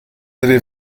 avez